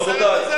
חבר הכנסת גילאון.